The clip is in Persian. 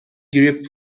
گریپ